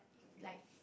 like